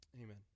Amen